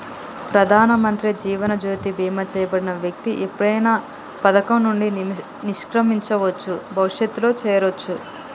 ప్రధానమంత్రి జీవన్ జ్యోతి బీమా చేయబడిన వ్యక్తి ఎప్పుడైనా పథకం నుండి నిష్క్రమించవచ్చు, భవిష్యత్తులో చేరొచ్చు